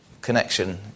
connection